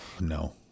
No